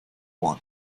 want